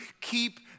keep